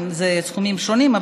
אלה סכומים שונים,